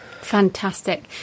fantastic